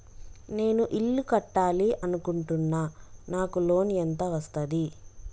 నేను ఇల్లు కట్టాలి అనుకుంటున్నా? నాకు లోన్ ఎంత వస్తది?